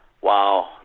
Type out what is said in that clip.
wow